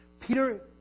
Peter